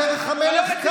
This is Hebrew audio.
בדרך המלך,